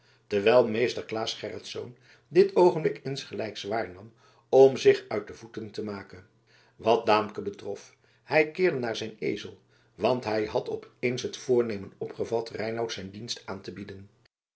terwijl meester claes gerritsz dit oogenblik insgelijks waarnam om zich uit de voeten te maken wat daamke betrof hij keerde naar zijn ezel want hij had op eens het voornemen opgevat reinout zijn dienst aan te bieden